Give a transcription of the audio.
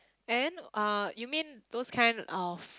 and then uh you mean those kind of